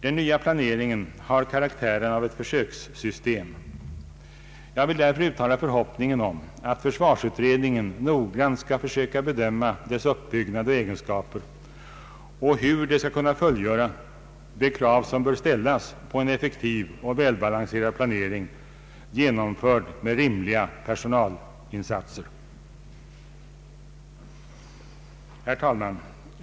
Den nya planeringen har karaktären av ett försökssystem. Jag vill därför uttala förhoppningen att försvarsutredningen noggrant skall försöka bedöma detta systems uppbyggnad och egenskaper och hur det skall kunna fullgöra de krav som bör ställas på en effektiv och välbalanserad planering, genomförd med rimliga personalinsatser. Herr talman!